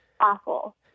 awful